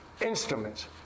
instruments